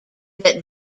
that